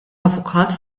avukat